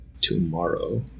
tomorrow